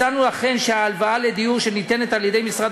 הצענו שההלוואה לדיור שניתנת על-ידי משרד